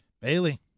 Bailey